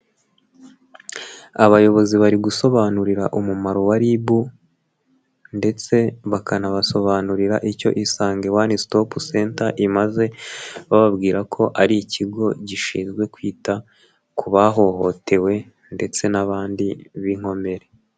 Abayobozi bari gusobanurira umumaro wa RIB ndetse bakanabasobanurira icyo Isange one stop center imaze bababwira ko ari ikigo gishinzwe kwita ku bahohotewe ndetse n'abandi b'inkomere.